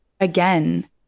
again